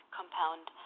compound